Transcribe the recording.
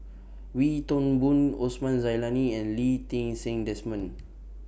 Wee Toon Boon Osman Zailani and Lee Ti Seng Desmond